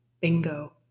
bingo